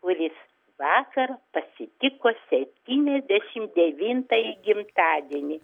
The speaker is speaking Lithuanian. kuris vakar pasitiko septyniasdešimt devintąjį gimtadienį